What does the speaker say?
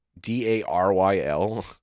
D-A-R-Y-L